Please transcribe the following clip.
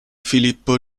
filippo